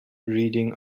reading